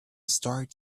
started